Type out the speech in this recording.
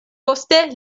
poste